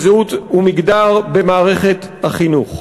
זהות ומגדר במערכת החינוך.